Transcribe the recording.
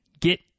get